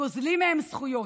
גוזלים מהם זכויות.